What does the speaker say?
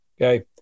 Okay